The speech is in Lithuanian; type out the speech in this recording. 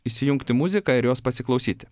įsijungti muziką ir jos pasiklausyti